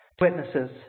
Witnesses